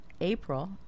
april